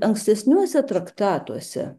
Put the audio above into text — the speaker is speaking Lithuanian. ankstesniuose traktatuose